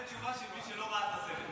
זאת תשובה של מי שלא ראה את הסרט.